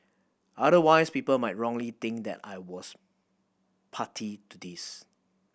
otherwise people might wrongly think that I was party to this